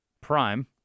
prime